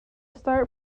start